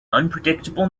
unpredictable